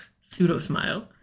Pseudo-smile